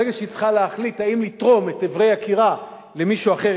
ברגע שהיא צריכה להחליט אם לתרום את איברי יקירה למישהו אחר,